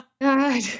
God